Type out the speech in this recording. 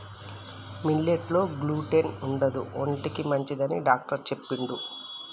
millet లో gluten ఉండదు ఒంటికి మంచిదని డాక్టర్ చెప్పిండు